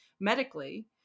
medically